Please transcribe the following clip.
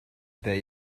there